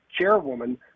chairwoman